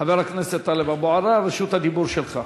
חבר הכנסת טלב אבו עראר, רשות הדיבור שלך.